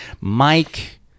Mike